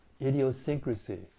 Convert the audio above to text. idiosyncrasy